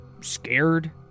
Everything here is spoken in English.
scared